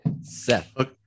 Seth